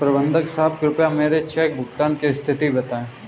प्रबंधक साहब कृपया मेरे चेक भुगतान की स्थिति बताएं